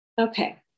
Okay